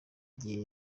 igihe